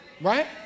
right